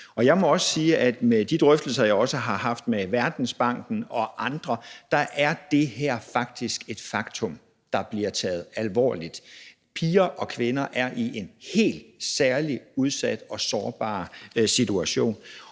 og jeg må sige, at i de drøftelser, jeg også har haft med Verdensbanken og andre, er det her faktisk et faktum, der bliver taget alvorligt. Piger og kvinder er i en helt særlig udsat og sårbar situation,